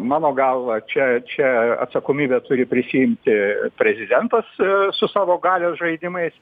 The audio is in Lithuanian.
mano galva čia čia atsakomybę turi prisiimti prezidentas su savo galios žaidimais